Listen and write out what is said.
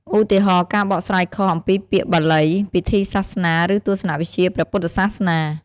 ឧទាហរណ៍ ការបកស្រាយខុសអំពីពាក្យបាលី ពិធីសាសនា ឬទស្សនៈវិជ្ជាព្រះពុទ្ធសាសនា។